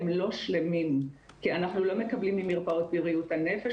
הם לא שלמים כי אנחנו לא מקבלים ממרפאות בריאות הנפש,